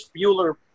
Bueller